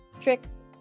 tricks